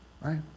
right